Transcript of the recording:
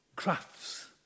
Crafts